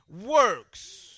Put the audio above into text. works